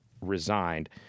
resigned